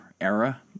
era